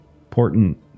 important